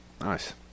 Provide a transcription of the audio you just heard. Nice